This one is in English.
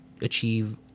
achieve